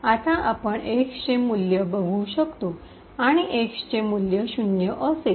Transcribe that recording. आता आपण x चे मूल्य बघू शकतो आणि x चे मूल्य शून्य असेल